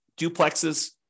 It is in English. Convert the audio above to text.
duplexes